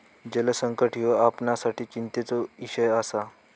जलसंकट ह्यो आपणासाठी चिंतेचो इषय आसा